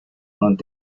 und